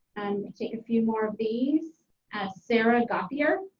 take a few more of these. sarah gauthier.